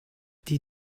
die